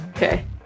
Okay